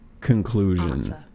conclusion